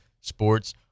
Sports